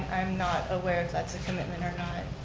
i'm not aware if that's a commitment or not.